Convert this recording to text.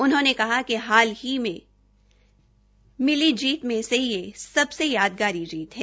उन्होंने कहा कि हाल ही वर्षो में मिली जीत में से यह सबसे यादगारी जीत है